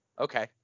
Okay